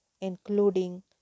including